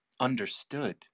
understood